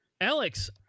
alex